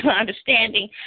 understanding